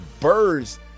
birds